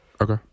Okay